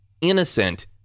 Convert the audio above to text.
innocent